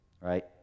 right